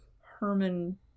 Herman